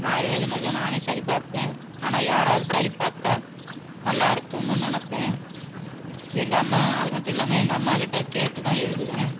நான் எழுதுனதை நானே சரிப்பார்ப்பே ஆனால் யாராவது சரி பார்த்தால் நல்லாருக்குமுனு நெனப்பே எங்கள் அம்மா அது மட்டும் இல்லாமல் எங்கள் அம்மாக்கிட்ட கேட்டுதான் எழுதுவேன்